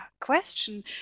question